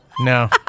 No